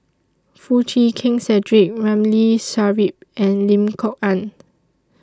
Foo Chee Keng Cedric Ramli Sarip and Lim Kok Ann